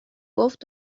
گفت